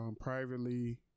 privately